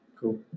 Cool